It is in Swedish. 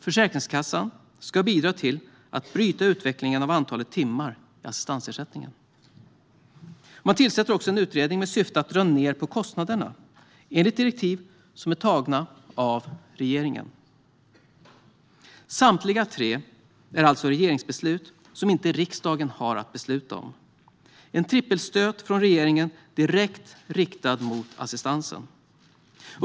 Försäkringskassan ska bidra till att bryta utvecklingen av antalet timmar i assistansersättningen. Man tillsätter också en utredning med syfte att dra ned på kostnaderna, enligt direktiv som är beslutade av regeringen. Samtliga tre åtgärder är alltså regeringsbeslut som inte riksdagen har att besluta om. Det är en trippelstöt från regeringen direkt riktad mot assistansen.